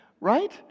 right